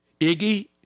Iggy